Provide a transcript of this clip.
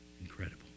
Incredible